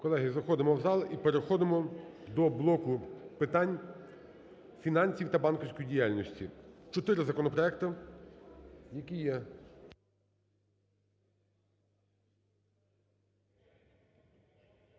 Колеги, заходимо в зал і переходимо до блоку питань фінансів та банківської діяльності. Чотири законопроекти, які є